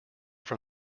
from